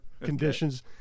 conditions